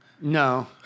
No